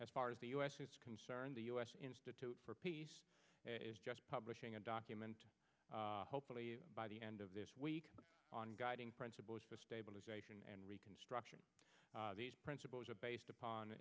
as far as the u s is concerned the u s institute for peace is just publishing a document hopefully by the end of this week on guiding principles for stabilization and reconstruction these principles are based upon